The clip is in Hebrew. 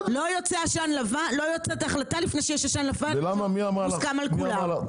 לא יוצאת החלטה לפני שיש עשן לבן וזה מוסכם על כולם.